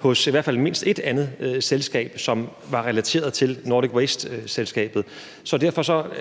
hos i hvert fald mindst et andet selskab, som var relateret til Nordic Waste-selskabet. Så derfor